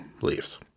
leaves